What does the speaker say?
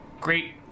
great